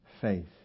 faith